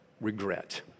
regret